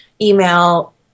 email